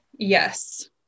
Yes